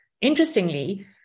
Interestingly